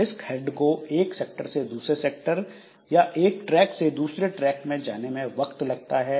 disc head को एक sector से दूसरे सेक्टर या एक ट्रैक से दूसरे ट्रैक पर जाने में वक्त लगता है